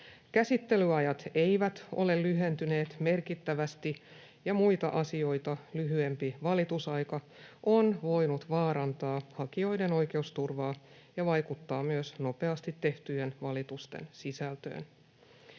Käsittelyajat eivät ole lyhentyneet merkittävästi, ja muita asioita lyhyempi valitusaika on voinut vaarantaa hakijoiden oikeusturvaa ja vaikuttaa myös nopeasti tehtyjen valitusten sisältöön.